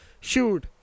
shoot